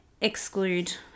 exclude